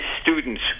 students